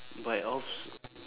buyoffs